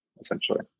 essentially